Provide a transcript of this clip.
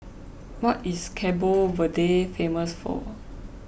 what is Cabo Verde famous for